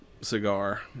cigar